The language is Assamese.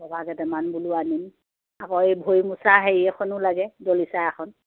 ক'ভাৰ কেইটামান বোলো আনিম আকৌ এই ভৰি মোচা হেৰি এখনো লাগে দলিচা এখন